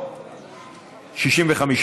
סעיפים 1 8 נתקבלו.